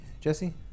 Jesse